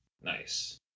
Nice